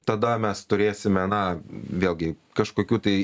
tada mes turėsime na vėlgi kažkokių tai